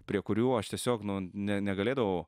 prie kurių aš tiesiog nu ne negalėdavau